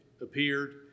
appeared